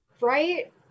Right